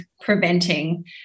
preventing